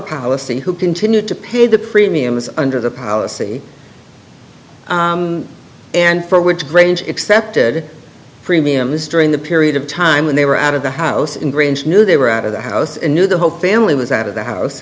policy who continue to pay the premiums under the policy and for which grange accepted premiums during the period of time when they were out of the house in grange knew they were out of the house and knew the whole family was out of the house